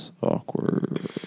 Awkward